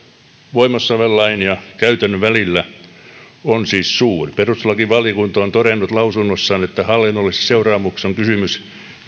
voimassa olevan lain ja käytännön välillä on siis suuri perustuslakivaliokunta on todennut lausunnossaan että hallinnollisissa seuraamuksissa on kysymys